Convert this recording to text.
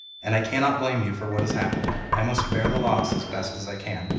and i cannot blame you for what has happened. i must bear the loss as best as i can